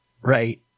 Right